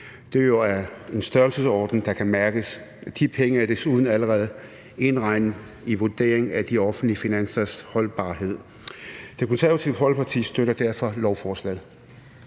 Det er jo af en størrelsesorden, der kan mærkes. De penge er desuden allerede indregnet i vurderingen af de offentlige finansers holdbarhed. Det Konservative Folkeparti støtter derfor lovforslaget.